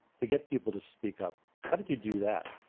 to get people to speak up. how did you do that?